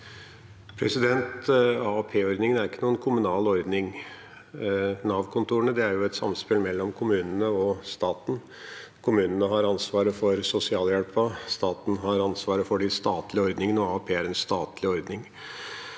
AAP-ordning- en er ikke noen kommunal ordning. Nav-kontorene er et samspill mellom kommunene og staten. Kommunene har ansvaret for sosialhjelpen, staten har ansvaret for de statlige ordningene, og AAP er en statlig ordning.